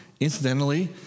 Incidentally